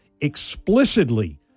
explicitly